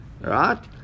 Right